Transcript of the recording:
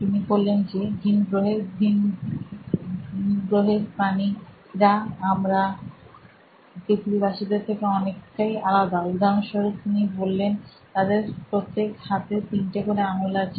তিনি বললেন যে ভিনগ্রহের ভিনগ্রহের প্রাণীরা আমরা পৃথিবীবাসীদের থেকে অনেকটাই আলাদা উদাহরণস্বরূপ তিনি বললেন তাদের প্রত্যেক হাতের তিনটা করে আঙ্গুল আছে